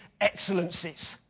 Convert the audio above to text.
excellencies